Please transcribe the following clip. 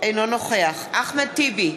אינו נוכח אחמד טיבי,